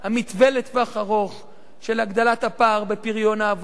המתווה לטווח ארוך של הגדלת הפער בפריון העבודה.